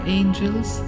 angels